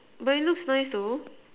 but it looks nice though